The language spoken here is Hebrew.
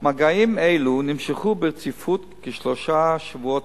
"מגעים אלו נמשכו ברציפות כשלושה שבועות